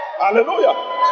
Hallelujah